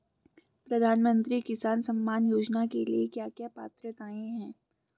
प्रधानमंत्री किसान सम्मान योजना के लिए क्या क्या पात्रताऐं हैं?